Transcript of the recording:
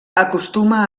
acostuma